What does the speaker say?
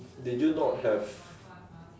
did you not have